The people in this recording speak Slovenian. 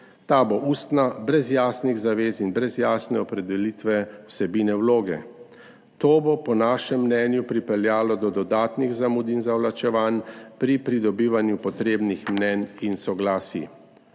Ta bo ustna, brez jasnih zavez in brez jasne opredelitve vsebine vloge. To bo po našem mnenju pripeljalo do dodatnih zamud in zavlačevanj pri pridobivanju potrebnih mnenj in soglasij.